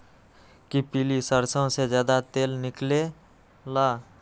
कि पीली सरसों से ज्यादा तेल निकले ला?